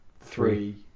three